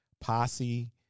Posse